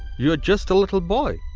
you are just a little boy.